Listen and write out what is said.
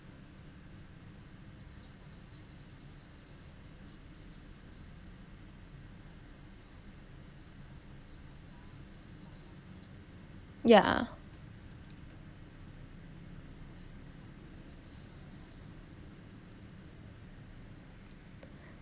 ya